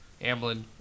Amblin